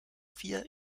vier